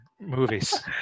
movies